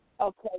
okay